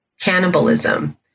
cannibalism